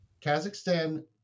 Kazakhstan